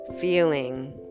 feeling